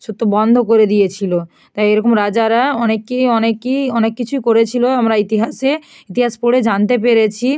সব তো বন্ধ করে দিয়েছিলো তাই এরকম রাজারা অনেকেই অনেকই অনেক কিছু করেছিলো আমরা ইতিহাসে ইতিহাস পড়ে জানতে পেরেছি